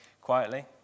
quietly